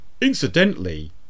Incidentally